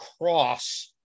cross